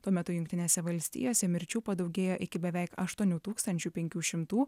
tuo metu jungtinėse valstijose mirčių padaugėjo iki beveik aštuonių tūkstančių penkių šimtų